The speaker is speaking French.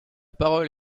parole